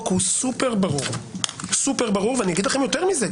הוא סופר ברור ואגיד לכם יותר מזה,